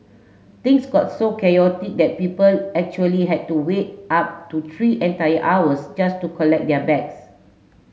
things got so chaotic that people actually had to wait up to three entire hours just to collect their bags